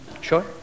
Sure